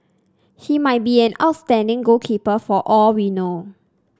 he might be an outstanding goalkeeper for all we know